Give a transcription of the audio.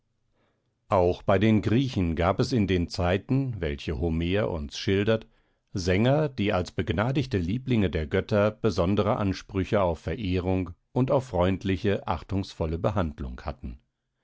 auch bei den griechen gab es in den zeiten welche homer uns schildert sänger die als begnadigte lieblinge der götter besondere ansprüche auf verehrung und auf freundliche achtungsvolle behandlung hatten